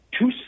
two